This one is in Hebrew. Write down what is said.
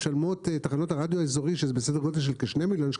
על מנת שיהיה שם איזה שהוא שומן כלשהו שאפשר לקחת ממנו.